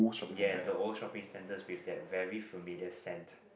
yes the old shopping centres with that very familiar scent